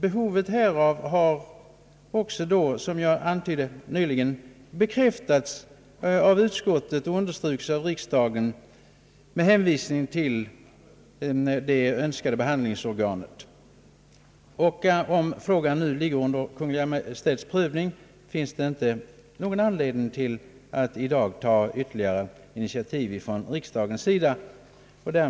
Behovet har, som jag antytt, nyligen bekräftats av utskottet och understrukits av riksdagen, och när projektet nu är föremål för Kungl. Maj:ts prövning finns inte någon anledning att i dag ta ytterligare initiativ från riksdagens sida.